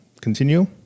continue